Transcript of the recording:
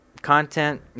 Content